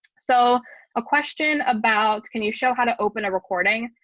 so a question about can you show how to open a recording?